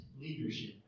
leadership